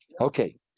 Okay